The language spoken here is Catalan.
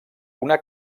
una